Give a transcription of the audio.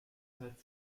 zeit